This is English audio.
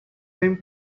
name